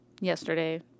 yesterday